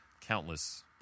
countless